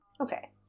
Okay